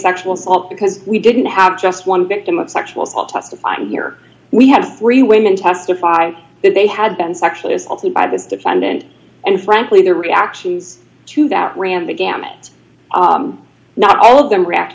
sexual assault because we didn't have just one victim of sexual assault testifying here we had three women testify that they had been sexually assaulted by this defendant and frankly their reactions to that ran the gamut not all of them react